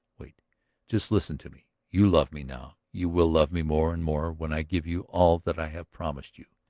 wait just listen to me! you love me now you will love me more and more when i give you all that i have promised you.